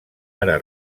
ara